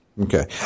Okay